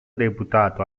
deputato